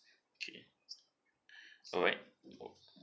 okay alright